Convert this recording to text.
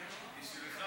מוותר,